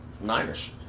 Niners